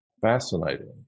Fascinating